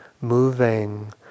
moving